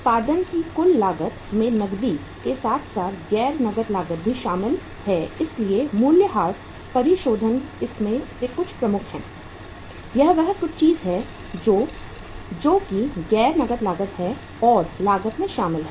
उत्पादन की कुल लागत में नकदी के साथ साथ गैर नकद लागत भी शामिल है इसलिए मूल्यह्रास परिशोधन इनमें से कुछ प्रमुख हैं यह वह कुछ चीज है जो जो कि गैर नगद लागत है और लागत में शामिल है